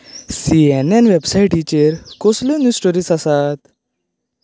C N N वेबसाइटीचेर कसल्यो new stories आसात